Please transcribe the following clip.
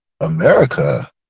America